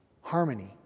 harmony